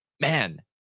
man